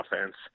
offense